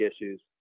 issues